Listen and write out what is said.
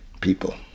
people